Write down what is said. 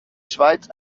schweiz